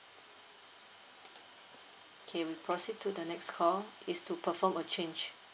K proceed to the next call is to perform a change